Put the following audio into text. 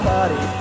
Party